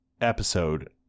episode